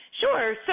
Sure